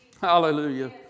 Hallelujah